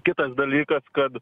kitas dalykas kad